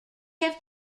have